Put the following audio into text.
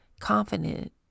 confident